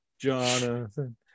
Jonathan